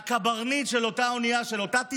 והקברניט של אותה אונייה, של אותה טיטניק,